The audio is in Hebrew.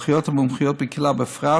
והאחיות המומחיות בקהילה בפרט